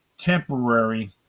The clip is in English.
temporary